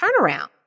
turnaround